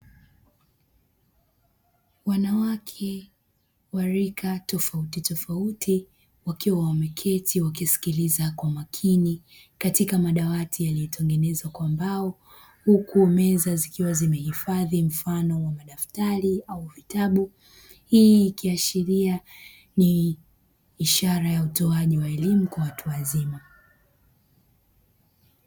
Wanawake wa rika tofauti tofauti wakiwa wameketi wakisikiliza kwa makini katika madawati yaliyotengenezwa kwa mbao, huku meza zikiwa zimehifadhi mfano wa madaftari au vitabu, hii ikiashiria ni ishara ya utoaji wa elimu kwa watu wazima.